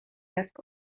asko